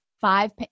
five